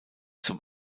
zum